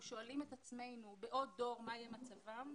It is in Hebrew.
שואלים את עצמנו מה יהיה מצבן בעוד דור,